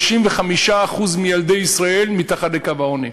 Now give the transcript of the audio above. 35% מילדי ישראל מתחת לקו העוני.